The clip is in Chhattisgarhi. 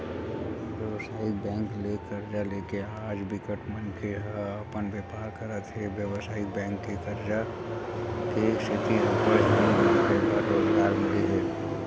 बेवसायिक बेंक ले करजा लेके आज बिकट मनखे ह अपन बेपार करत हे बेवसायिक बेंक के करजा के सेती अड़बड़ झन मनखे ल रोजगार मिले हे